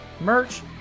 merch